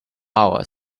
power